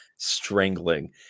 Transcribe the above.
Strangling